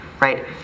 right